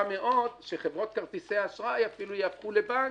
מאוד שחברות כרטיסי האשראי יהפכו לבנק,